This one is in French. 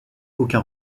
aucun